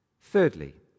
Thirdly